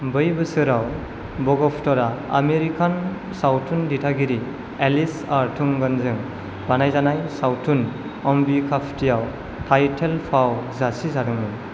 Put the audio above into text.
बै बोसोराव भगवथरआ आमेरिकान सावथुन दिथागिरि एलिस आर डुंगनजों बानायजानाय सावथुन अम्बिकाप्थीआव टाइटेल फाव जासिजादोंमोन